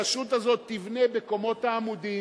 הרשות הזאת תבנה בקומות העמודים,